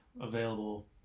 available